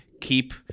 keep